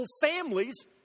families